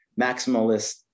maximalist